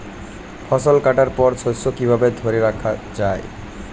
ফসল কাটার পর শস্য কিভাবে ধরে রাখা য়ায়?